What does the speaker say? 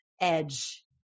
edge